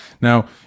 Now